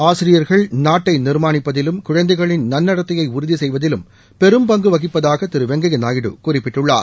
ஆசிரியர்கள் நாட்டை நிர்மாணிட்பதிலும் குழந்தைகளின் நன்னடத்தையை உறுதி செய்வதிலும் பெரும்பங்கு வகிப்பதாக திரு வெங்கையா நாயுடு குறிப்பிட்டுள்ளார்